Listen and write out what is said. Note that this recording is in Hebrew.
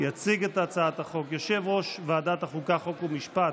יציג את הצעת החוק יושב-ראש ועדת החוקה, חוק ומשפט